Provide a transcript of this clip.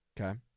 Okay